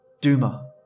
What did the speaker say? Duma